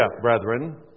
brethren